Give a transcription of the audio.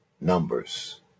numbers